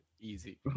easy